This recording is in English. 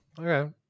Okay